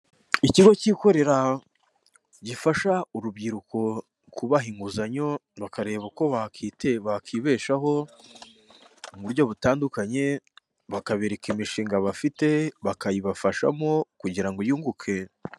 Ikigo cyikorera gifasha urubyiruko kubaha inguzanyo bakareba uko bakite bakibeshaho mu buryo butandukanye, bakabereka imishinga bafite bakayibafashamo kugira ngo yunguke.